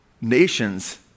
nations